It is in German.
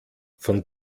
von